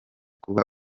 kuba